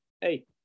hey